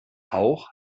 auch